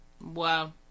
Wow